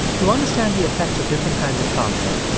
to understand the effects of different kinds of conflict,